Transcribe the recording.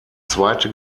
zweite